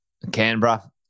Canberra